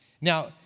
Now